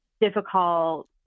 difficult